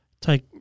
take